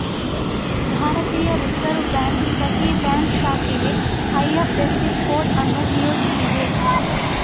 ಭಾರತೀಯ Reserve Bank ಪ್ರತಿ bank ಶಾಖೆಗೆ ಐ.ಎಫ್.ಎಸ್.ಸಿ ಕೋಡ್ ಅನ್ನು ನಿಯೋಜಿಸಿದೆ